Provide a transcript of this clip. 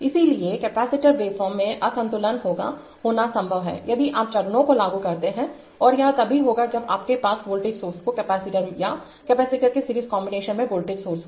इसलिए capacitor waveform में असंतुलन होना संभव है यदि आप चरणों को लागू करते हैं और यह तभी होगा जब आपके पास वोल्टेज सोर्स हो कैपेसिटर में या कैपेसिटर के सीरीज कॉन्बिनेशन में वोल्टेज सोर्स हो